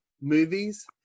movies